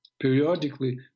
Periodically